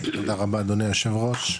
תודה רבה אדוני היושב ראש.